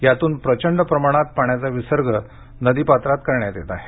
त्यातून प्रचंड प्रमाणात पाण्याचा विसर्ग नदीपात्रात करण्यात येत आहे